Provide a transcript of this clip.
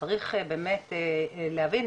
צריך להבין,